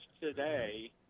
today